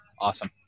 awesome